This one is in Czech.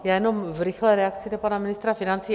Já jenom v rychlé reakci na pana ministra financí.